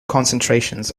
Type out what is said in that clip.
concentrations